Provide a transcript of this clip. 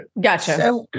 Gotcha